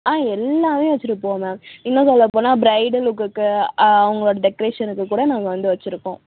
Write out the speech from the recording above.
ஆ எல்லாமே வச்சுருப்போம் மேம் இன்னும் சொல்லப்போனால் ப்ரைடல் லுக்குக்கு அவங்களோட டெக்ரேஷனுக்கு கூட நாங்கள் வந்து வச்சுருக்கோம்